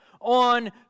on